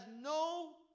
no